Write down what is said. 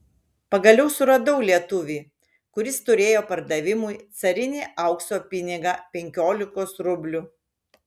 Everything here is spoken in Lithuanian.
pagaliau suradau lietuvį kuris turėjo pardavimui carinį aukso pinigą penkiolikos rublių